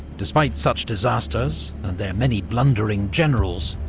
despite such disasters, and their many blundering generals,